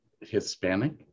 Hispanic